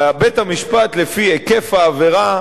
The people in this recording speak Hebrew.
בית-המשפט לפי היקף העבירה,